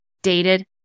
Dated